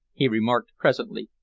he remarked presently.